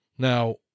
Now